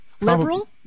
Liberal